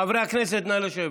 חברי הכנסת, נא לשבת.